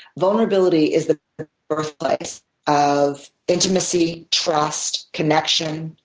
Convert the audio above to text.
vulnerability is the birthplace of intimacy, trust, connection,